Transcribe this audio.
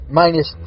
minus